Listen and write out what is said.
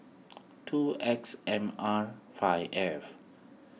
two X M R five F